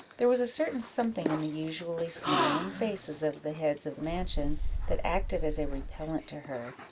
there was a certain something in the usually-smiling faces of the heads of the mansion that acted as a repellent to her,